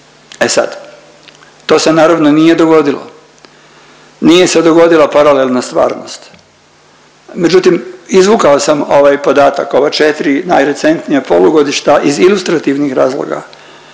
E sad to se naravno nije dogodilo, nije se dogodila paralelna stvarnost, međutim izvukao sam ovaj podatak ova četri najrecentnija polugodišta iz ilustrativnih razloga